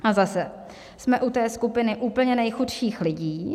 A zase jsme u té skupiny úplně nejchudších lidí.